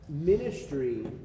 Ministry